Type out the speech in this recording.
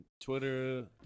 Twitter